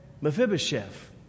Mephibosheth